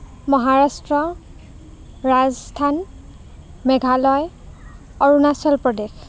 Maharashtra Rajasthan Meghalaya Arunachal Pradesh